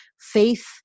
faith